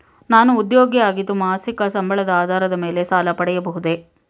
ನಾನು ಉದ್ಯೋಗಿ ಆಗಿದ್ದು ಮಾಸಿಕ ಸಂಬಳದ ಆಧಾರದ ಮೇಲೆ ಸಾಲ ಪಡೆಯಬಹುದೇ?